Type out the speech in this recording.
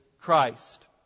Christ